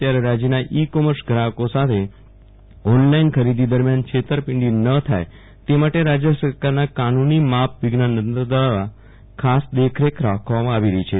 ત્યારે રાજ્યના e commerce ગ્રાહકો સાથે ઓનલાઈન ખરીદી દરમિયાન છેતરપીંડી ન થાય તે માટે રાજય સરકારના કાનૂની માપ વિજ્ઞાન તંત્ર દ્વારા ખાસ દેખરેખ રાખવામાં આવી રહી છે